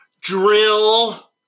drill